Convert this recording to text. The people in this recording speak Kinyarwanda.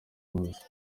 wose